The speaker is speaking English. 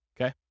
Okay